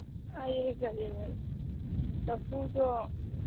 ꯑꯩ ꯀꯔꯤ ꯆꯐꯨꯗꯣ